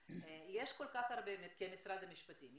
משרד המשפטים.